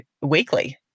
weekly